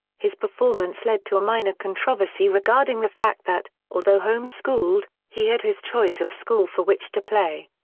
his performance led to a minor controversy regarding the fact that, although home-schooled, he had his choice of school for which to play.